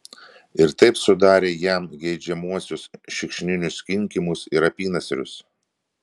ir taip sudarė jam geidžiamuosius šikšninius kinkymus ir apynasrius